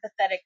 empathetic